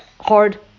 hard